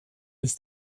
des